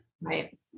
Right